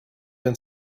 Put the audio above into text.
been